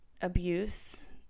abuse